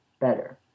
better